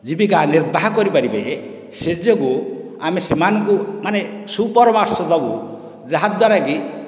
ଜୀବିକା ନିର୍ବାହ କରିପାରିବେ ସେ ଯୋଗୁଁ ଆମେ ସେମାନଙ୍କୁ ମାନେ ସୁପରାମର୍ଶ ଦେବୁ ଯାହାଦ୍ୱାରାକି